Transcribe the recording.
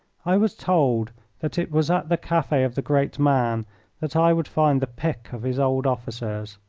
i was told that it was at the cafe of the great man that i would find the pick of his old officers,